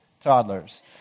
toddlers